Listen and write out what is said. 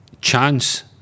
chance